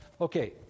Okay